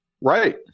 Right